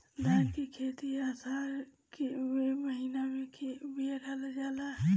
धान की खेती आसार के महीना में बिया डालल जाला?